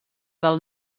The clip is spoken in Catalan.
del